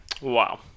Wow